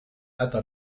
أتى